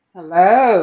Hello